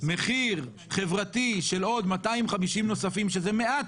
מחיר חברתי של עוד 250 נוספים שזה מעט